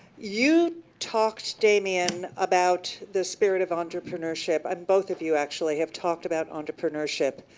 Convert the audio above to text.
you talked, damian, about the spirit of entrepreneurship, and both of you actually have talked about entrepreneurship.